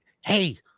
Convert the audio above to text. Hey